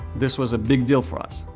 this was a big deal for us.